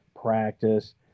practice